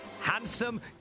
handsome